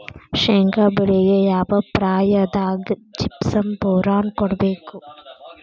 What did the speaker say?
ಶೇಂಗಾ ಬೆಳೆಗೆ ಯಾವ ಪ್ರಾಯದಾಗ ಜಿಪ್ಸಂ ಬೋರಾನ್ ಕೊಡಬೇಕು?